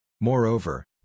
Moreover